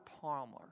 Palmer